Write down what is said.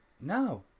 No